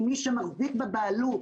כי מי שמחזיק בבעלות,